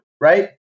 Right